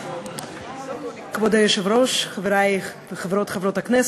כבוד היושב-ראש, חברי חברי וחברות הכנסת,